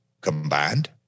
combined